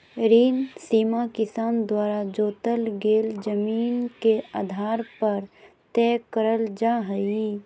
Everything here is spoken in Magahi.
ऋण सीमा किसान द्वारा जोतल गेल जमीन के आधार पर तय करल जा हई